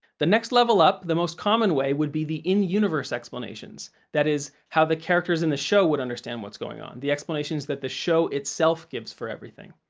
the next level up, the most common way would be the in-universe explanations. that is, how the characters in the show would understand what's going on, the explanations that the show itself gives for everything.